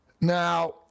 Now